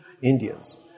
Indians